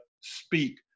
speak